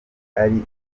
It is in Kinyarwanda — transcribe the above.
ari